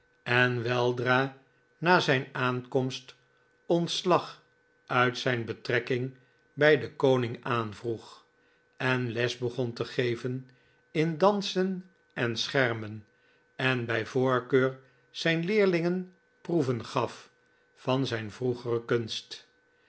en weldra na zijn aankomst ontslag uit zijn betrekking bij den koning aanvroeg en les begon te geven in dansen en schermen en bij voorkeur zijn leerlingen proeven gaf van zijn vroegere kunst